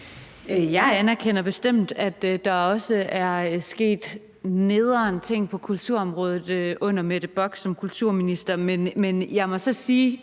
Jeg anerkender bestemt, at der også er sket nederen ting på kulturområdet under Mette Bock som kulturminister. Men jeg må så sige,